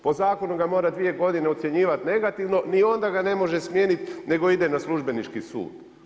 Po zakonu ga mora dvije godine ucjenjivati negativno, ni onda ga ne može smijeniti nego ide na Službenički sud.